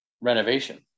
renovation